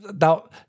Now